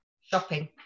shopping